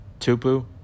Tupu